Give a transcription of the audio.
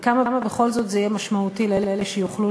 וכמה בכל זאת זה יהיה משמעותי לאלה שיוכלו